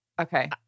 Okay